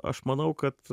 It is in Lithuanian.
aš manau kad